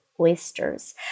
oysters